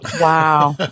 Wow